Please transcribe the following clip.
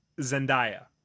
Zendaya